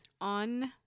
On